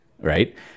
right